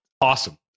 Awesome